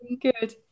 good